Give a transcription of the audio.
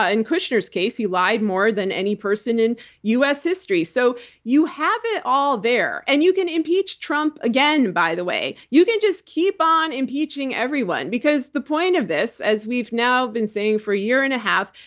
ah in kushner's case, he lied more than any person in u. s. history. so you have it all there. and you can impeach trump again, by the way. you can just keep on impeaching everyone. because the point of this, as we've now been saying for a year and a half,